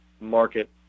market